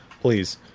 please